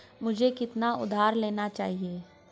मुझे कितना उधार लेना चाहिए?